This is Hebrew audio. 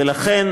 ולכן